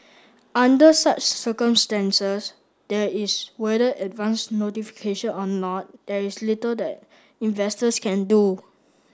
under such circumstances there is whether advance notification or not there is little that investors can do